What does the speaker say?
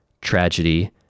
tragedy